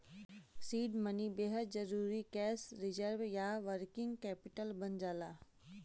seed money बेहद जरुरी cash reserve या वर्किंग कैपिटल बन जाला